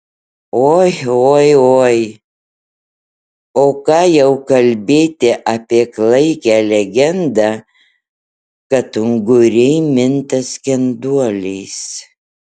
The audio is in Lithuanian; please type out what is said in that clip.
oi oi oi o ką jau kalbėti apie klaikią legendą kad unguriai minta skenduoliais